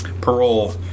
parole